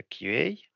QA